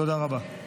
תודה רבה.